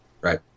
Right